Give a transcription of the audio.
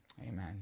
Amen